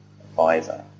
advisor